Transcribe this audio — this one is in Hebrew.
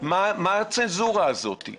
מה הצנזורה הזאת?